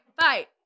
fight